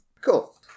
cool